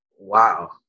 wow